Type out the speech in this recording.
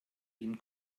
ihn